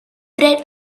bread